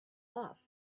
off